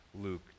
Luke